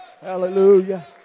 hallelujah